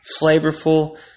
flavorful